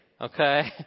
okay